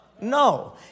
No